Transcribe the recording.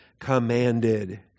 commanded